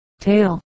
tail